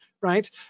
right